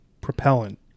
propellant